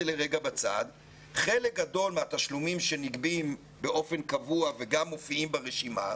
חלק גדול מהתשלומים שנגבים באופן קבוע וגם מופיעים ברשימה,